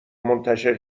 منتشر